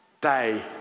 day